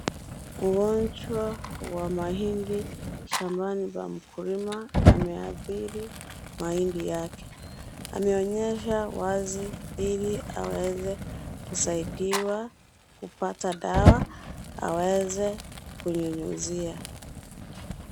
Ugonjwa wa mahindi shamani pa mkulima yameathiri mahindi yake. Ameonyesha wazi ili aweze kusaidiwa kupata dawa aweze kunyunyuzia.